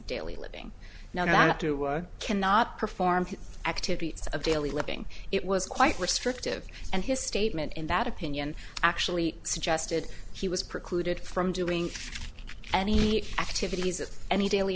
daily living now not to cannot perform activities of daily living it was quite restrictive and his statement in that opinion actually suggested he was precluded from doing any activities of any daily